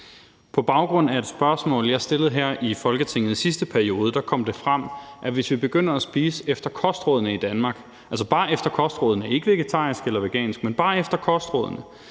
På baggrund af et spørgsmål, jeg stillede her i Folketinget i sidste periode, kom det frem, at hvis vi begynder at spise efter kostrådene i Danmark, altså bare efter kostrådene, ikke vegetarisk eller vegansk, så kan vi sløjfe